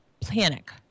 panic